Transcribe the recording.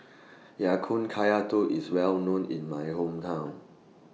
Ya Kun Kaya Toast IS Well known in My Hometown